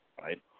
Right